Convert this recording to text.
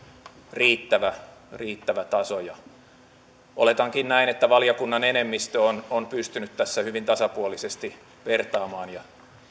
riittävä riittävä taso oletankin näin että valiokunnan enemmistö on on pystynyt tässä hyvin tasapuolisesti vertaamaan ja